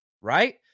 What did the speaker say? right